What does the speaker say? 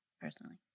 personally